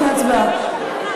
לפני ההצבעה?